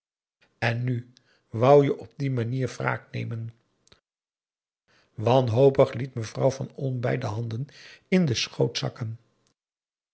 en nu wou je op die manier wraak nemen wanhopig liet mevrouw van olm beide handen in den schoot zakken